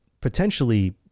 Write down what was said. potentially